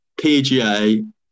PGA